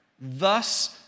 thus